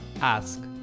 ask